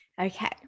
Okay